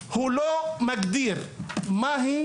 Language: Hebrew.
עד היום משרד החינוך לא מגדיר מה היא